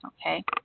okay